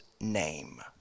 name